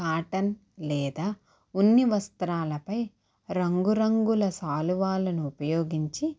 cotton లేదా ఉన్ని వస్త్రాలపై రంగురంగుల సాలువాలను ఉపయోగించి